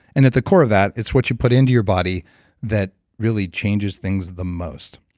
and at the core of that, it's what you put into your body that really changes things the most